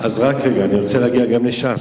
אז רק רגע, אני רוצה להגיע גם לש"ס.